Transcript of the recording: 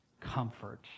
Comfort